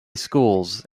schools